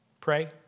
Pray